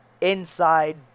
inside